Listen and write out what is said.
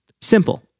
Simple